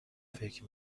فکر